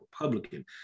republican